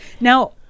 Now